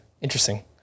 Interesting